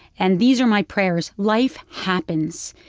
and these are my prayers. life happens.